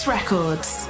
Records